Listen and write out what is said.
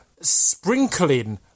sprinkling